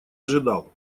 ожидал